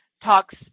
talks